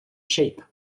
shape